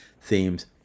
themes